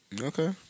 Okay